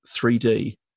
3d